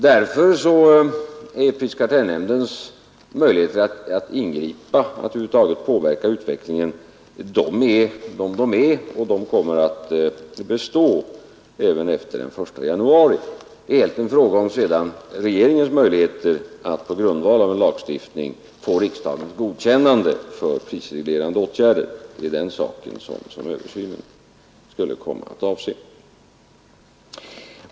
Därför är prisoch kartellnämndens möjligheter att ingripa, att över huvud taget påverka utvecklingen, de som de är och de kommer att bestå även efter den 1 januari. Det är sedan egentligen fråga om regeringens möjligheter att på grundval av en lagstiftning få riksdagens godkännande för prisreglerande åtgärder — det är den saken som översynen skulle komma att avse.